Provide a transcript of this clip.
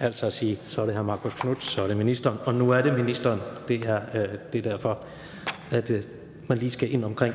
altså at sige, så er det hr. Marcus Knuth, så er det ministeren, og nu er det ministeren. Det er derfor, man lige skal ind omkring